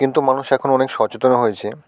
কিন্তু মানুষ এখন অনেক সচেতন হয়েছে